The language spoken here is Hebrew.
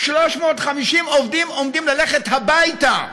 350 עובדים עומדים ללכת הביתה.